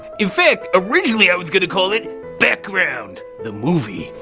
in fact, originally i was going to call it background the movie.